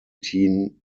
teen